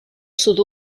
sud